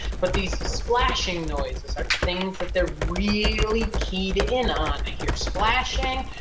but these splashing noises are things that they're really keyed in on. i hear splashing,